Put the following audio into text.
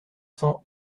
cents